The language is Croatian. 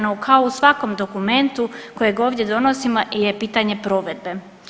No, kao u svakom dokumentu kojeg ovdje donosimo je pitanje provedbe.